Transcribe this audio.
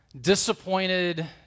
disappointed